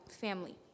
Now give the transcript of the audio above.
family